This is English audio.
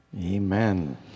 Amen